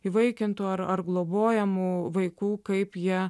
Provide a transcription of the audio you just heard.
įvaikintų ar ar globojamų vaikų kaip jie